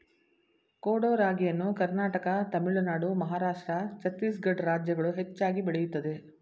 ಕೊಡೋ ರಾಗಿಯನ್ನು ಕರ್ನಾಟಕ ತಮಿಳುನಾಡು ಮಹಾರಾಷ್ಟ್ರ ಛತ್ತೀಸ್ಗಡ ರಾಜ್ಯಗಳು ಹೆಚ್ಚಾಗಿ ಬೆಳೆಯುತ್ತದೆ